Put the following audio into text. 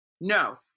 No